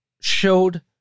showed